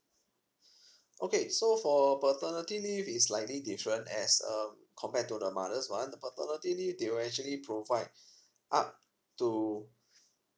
okay so for paternity leave is slightly different as um compared to the mother's one paternity leave they will actually provide up to